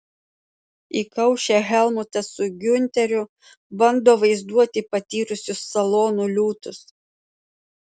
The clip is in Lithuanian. įkaušę helmutas su giunteriu bando vaizduoti patyrusius salonų liūtus